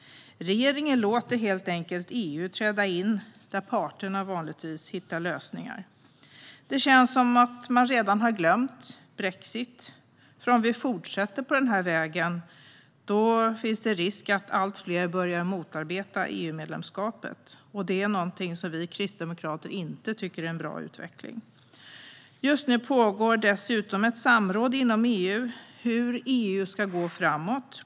Regeringen låter helt enkelt EU träda in där parterna vanligtvis hittar lösningar. Det känns som att man redan har glömt brexit. Om vi fortsätter på den här vägen finns det risk att allt fler börjar motarbeta EU-medlemskapet, och det är någonting som vi kristdemokrater inte tycker är en bra utveckling. Just nu pågår dessutom ett samråd inom EU om hur EU ska gå framåt.